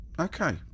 Okay